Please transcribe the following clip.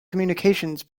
communications